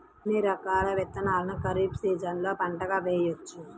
ఎన్ని రకాల విత్తనాలను ఖరీఫ్ సీజన్లో పంటగా వేయచ్చు?